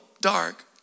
dark